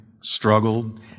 struggled